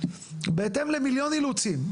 בהתאם למיליון אילוצים,